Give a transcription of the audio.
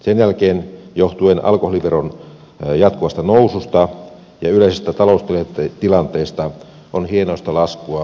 sen jälkeen johtuen alkoholiveron jatkuvasta noususta ja yleisestä taloustilanteesta on hienoista laskua ollut havaittavissa